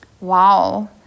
Wow